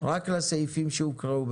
רק לסעיפים שהוקראו,